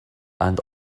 and